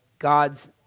God's